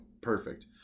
Perfect